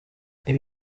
ibi